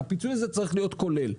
הפיצוי הזה צריך להיות כולל.